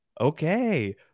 Okay